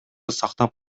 сактап